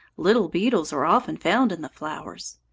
little beetles are often found in the flowers.